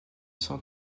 cent